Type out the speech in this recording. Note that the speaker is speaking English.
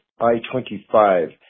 I-25